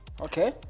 Okay